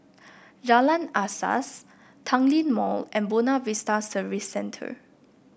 Jalan Asas Tanglin Mall and Buona Vista Service Centre